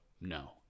no